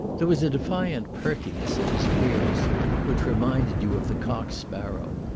there was a defiant perkiness in his appearance which reminded you of the cock-sparrow,